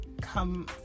come